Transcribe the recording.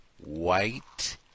white